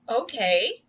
Okay